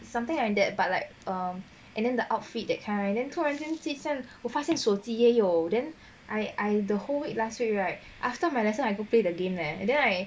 something like that but like err and then the outfit that kind right then 突然间我发现手机也有 then I I the whole week last week right after my lesson I go play the game leh and then I